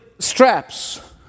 straps